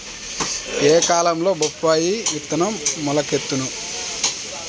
ఏ కాలంలో బొప్పాయి విత్తనం మొలకెత్తును?